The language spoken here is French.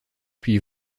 puis